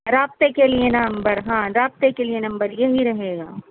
رابطے کے لیے نمبر ہاں رابطے کے لیے نمبر یہی رہے گا